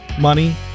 money